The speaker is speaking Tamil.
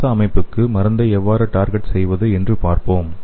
சுவாச அமைப்புக்கு மருந்தை எவ்வாறு டார்கெட் செய்வது என்று பார்ப்போம்